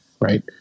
Right